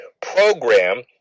program